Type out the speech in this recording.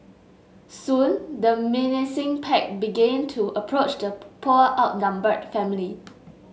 soon the menacing pack begin to approach the poor outnumbered family